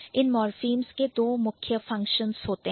इन morphemes morphemes के दो मुख्य functions फंक्शन कार्य है